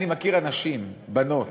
אני מכיר אנשים, בנות